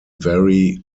vary